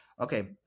Okay